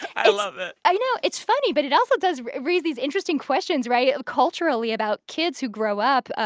i love it i know. it's funny. but it also does raise these interesting questions right? culturally about kids who grow up. oh,